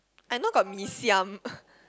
I know got mee siam